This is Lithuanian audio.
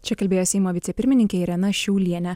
čia kalbėjo seimo vicepirmininkė irena šiaulienė